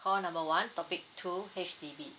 call number one topic two H_D_B